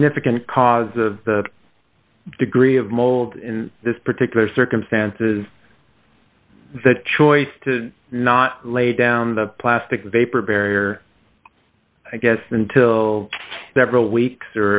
significant cause of the degree of mold in this particular circumstances that choice to not lay down the plastic vapor barrier i guess until several weeks